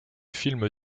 film